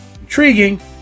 intriguing